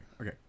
okay